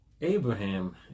Abraham